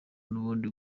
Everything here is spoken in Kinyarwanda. n’ubundi